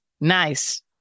Nice